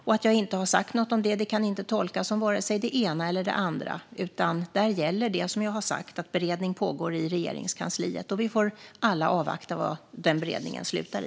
Och att jag inte har sagt något om det kan inte tolkas som vare sig det ena eller det andra, utan där gäller det som jag har sagt - att beredning pågår i Regeringskansliet. Vi får alla avvakta vad den beredningen slutar i.